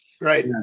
right